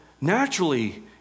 naturally